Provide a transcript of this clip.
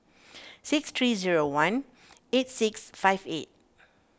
six three zero one eight six five eight